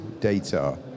data-